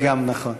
גם זה נכון.